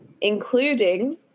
including